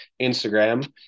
Instagram